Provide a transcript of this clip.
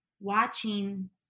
watching